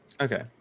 okay